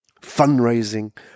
Fundraising